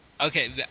Okay